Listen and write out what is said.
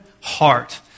heart